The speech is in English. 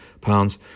pounds